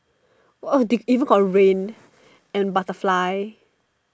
!wah! they even got rain and butterfly